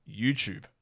YouTube